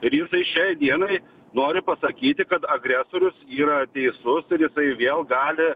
ir jisai šiai dienai nori pasakyti kad agresorius yra teisus ir jisai vėl gali